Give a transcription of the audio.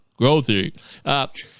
Growthy